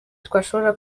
twashobora